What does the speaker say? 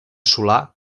solà